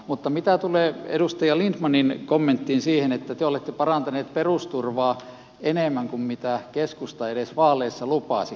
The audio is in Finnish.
mutta mitä tulee edustaja lindtmanin kommenttiin siitä että te olette parantaneet perusturvaa enemmän kuin keskusta edes vaaleissa lupasi